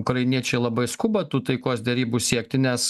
ukrainiečiai labai skuba tų taikos derybų siekti nes